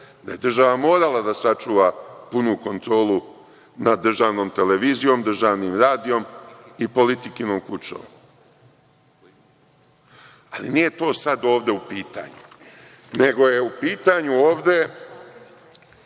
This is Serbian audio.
da je država morala da sačuva punu kontrolu nad državnom televizijom, državnim radijom i Politikinom kućom. Ali, nije to sada ovde u pitanju, nego je u pitanju ovde